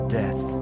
death